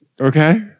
Okay